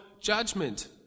judgment